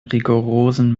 rigorosen